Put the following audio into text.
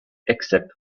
except